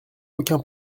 aucun